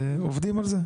עובדים על זה.